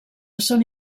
són